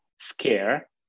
scare